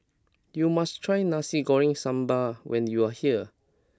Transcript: you must try Nasi Goreng Sambal when you are here